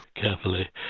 Carefully